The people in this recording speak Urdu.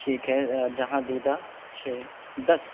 ٹھیک ہے جہاں دیدہ چھ دس